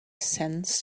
sense